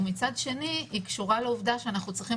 ומצד שני היא קשורה לעובדה שאנחנו צריכים